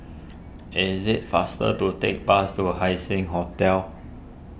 is it faster to take bus to Haising Hotel